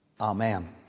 Amen